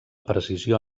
precisió